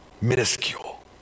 Minuscule